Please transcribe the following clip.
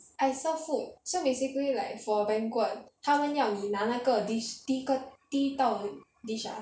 I serve food so basically like for a banquet 他们要你拿那个 dish 第一个第一道 dish ah